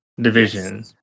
division